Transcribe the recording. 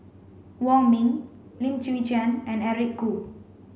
Wong Ming Lim Chwee Chian and Eric Khoo